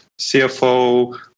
CFO